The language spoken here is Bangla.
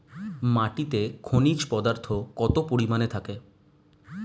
মাটিতে খনিজ পদার্থ কত পরিমাণে থাকে?